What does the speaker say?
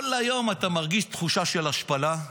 כל היום אתה מרגיש תחושה של השפלה,